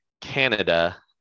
Canada